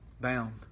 bound